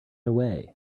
away